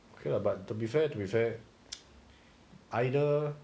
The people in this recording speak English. okay lah to be fair to be fair either